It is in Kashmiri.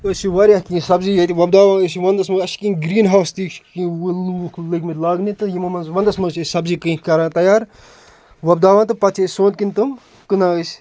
أسۍ چھِ واریاہ کیٚنٛہہ سبزی ییٚتہِ وۄپداوان أسۍ چھِ وَنٛدَس منٛز اَسہِ چھِ کیٚنٛہہ گرٛیٖن ہاوُس تہِ چھِ لوٗکھ لٔگۍمٕتۍ لاگنہِ تہٕ یِمو منٛز وَنٛدَس منٛز چھِ أسۍ سبزی کیٚنٛہہ کَران تَیار وۄپداوان تہٕ پَتہٕ چھِ أسۍ سونٛتھٕ کِنۍ تِم کٕنان أسۍ